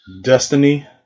Destiny